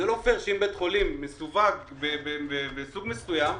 זה לא פייר שאם בית חולים מסווג בסוג מסוים,